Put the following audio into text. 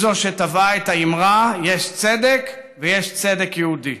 היא זו שטבעה את האמרה: "יש צדק, ויש צדק יהודי".